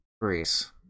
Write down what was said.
Greece